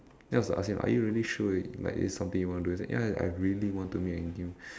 then I was like ask him are you really sure like it's something you want to do then he say ya I really want to make a game